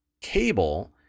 cable